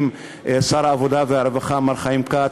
עם שר העבודה והרווחה חיים כץ,